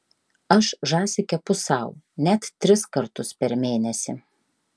aš žąsį kepu sau net tris kartus per mėnesį